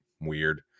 weird